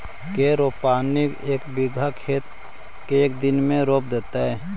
के रोपनी एक बिघा खेत के एक दिन में रोप देतै?